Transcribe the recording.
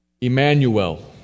Emmanuel